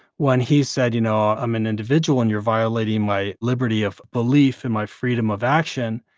when he said, you know, i'm an individual and you're violating my liberty of belief and my freedom of action,